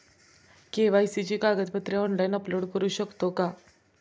KYC ची कागदपत्रे online upload करू शकतो का?